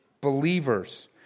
believers